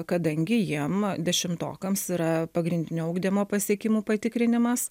kadangi jiem dešimtokams yra pagrindinio ugdymo pasiekimų patikrinimas